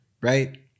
right